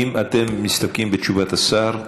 האם אתן מסתפקות בתשובת השר?